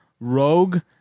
rogue